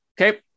okay